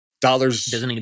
dollars